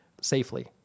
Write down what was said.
safely